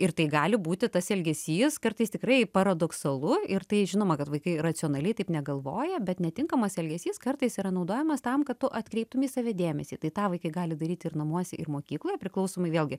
ir tai gali būti tas elgesys kartais tikrai paradoksalu ir tai žinoma kad vaikai racionaliai taip negalvoja bet netinkamas elgesys kartais yra naudojamas tam kad tu atkreiptum į save dėmesį tai tą vaikai gali daryt ir namuose ir mokykloje priklausomai vėlgi